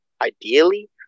ideally